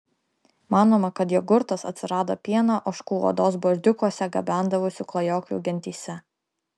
manoma kad jogurtas atsirado pieną ožkų odos burdiukuose gabendavusių klajoklių gentyse